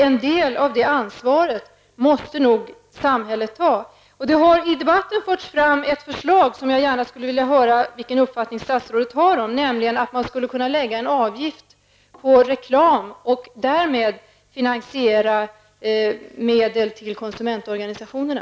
En del av det ansvaret måste nog samhället ta. I debatten har det förts fram ett förslag som jag gärna skulle vilja höra statsrådets uppfattning om, nämligen förslaget att man skulle kunna lägga en avgift på reklam och därmed bidra till finansieringen av konsumentorganisationerna.